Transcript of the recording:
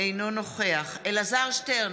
אינו נוכח אלעזר שטרן,